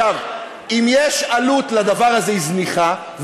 אם יש עלות לדבר הזה, היא זניחה.